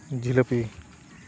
ᱡᱷᱤᱞᱟᱹᱯᱤ